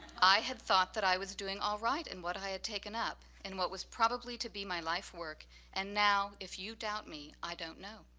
i had thought that i was doing all right in what i had taken up in what was probably to be my lifework and now, if you doubt me, i don't know.